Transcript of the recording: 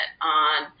on